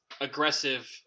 aggressive